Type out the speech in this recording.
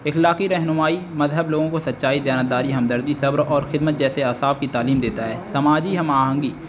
اخلاقی رہنمائی مذہب لوگوں کو سچائی دیانت داری ہمدردی صبر اور خدمت جیسے اوصاف کی تعلیم دیتا ہے سماجی ہم آہنگی